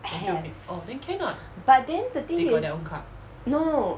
have but then the thing is no